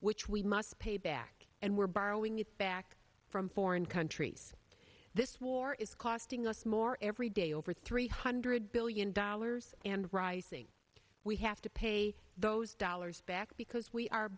which we must pay back and we're borrowing it back from foreign countries this war is costing us more every day over three hundred billion dollars and rising we have to pay those dollars back because we are